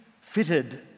fitted